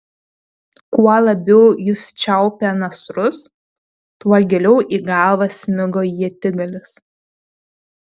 kuo labiau jis čiaupė nasrus tuo giliau į galvą smigo ietigalis